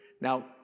Now